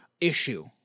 issue